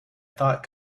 thought